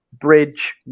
bridge